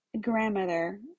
grandmother